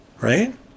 right